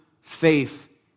faith